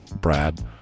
Brad